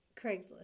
Craigslist